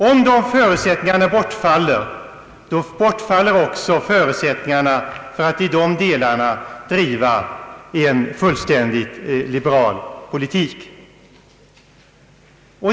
Om dessa förutsättningar bortfaller då bortfaller också förutsättningarna för att i dessa delar driva en fullständigt liberal politik.